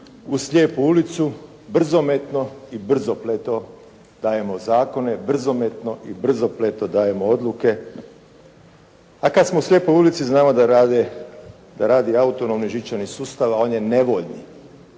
u slijepu ulicu brzometno i brzopleto dajemo zakone, brzometno i brzopleto dajemo odluke. A kada smo u slijepoj ulici znamo da radi autonomni žičani sustav a on je nevoljni,